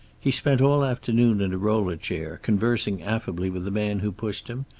he spent all afternoon in a roller chair, conversing affably with the man who pushed him,